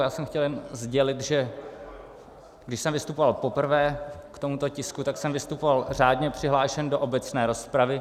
Já jsem chtěl jen sdělit, že když jsem vystupoval poprvé k tomuto tisku, tak jsem vystupoval řádně přihlášen do obecné rozpravy.